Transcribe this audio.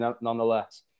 nonetheless